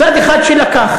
צד אחד שלקח.